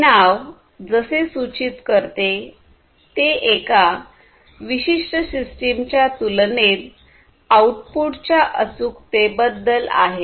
हे नाव जसे सूचित करतेते एका विशिष्ट सिस्टीम च्या तुलनेत आउटपुटच्या अचूकतेबद्दल आहे